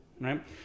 right